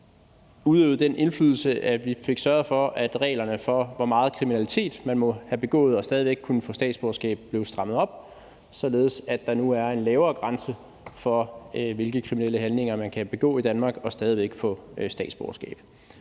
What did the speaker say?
udøvede den indflydelse, at vi fik sørget for, at reglerne for, hvor meget kriminalitet man måtte have begået og stadig væk kunne få statsborgerskab, blev strammet op, således at der nu er en lavere grænse for, hvilke kriminelle handlinger man kan begå i Danmark og stadig væk få statsborgerskab.